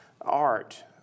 art